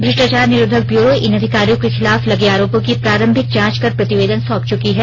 भ्रष्टाचार निरोधक ब्यूरो इन अधिकारियों के खिलाफ लगे आरोपी की प्रारंभिक जांच कर प्रतिवेदन सौंप चुकी है